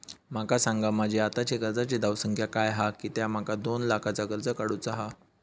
माका सांगा माझी आत्ताची कर्जाची धावसंख्या काय हा कित्या माका दोन लाखाचा कर्ज काढू चा हा?